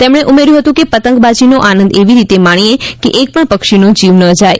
તેમણે ઉમેર્યું હતું કે પતંગબાજીનો આનંદ એવી રીતે માણીએ કે એકપણ પક્ષીનો જીવ ના જાય